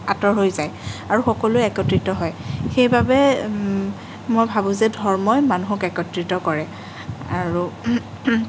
আঁতৰ হৈ যায় আৰু সকলোৱে একত্ৰিত হয় সেইবাবে মই ভাবোঁ যে ধৰ্মই মানুহক একত্ৰিত কৰে আৰু